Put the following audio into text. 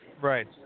Right